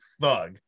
thug